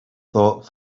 thought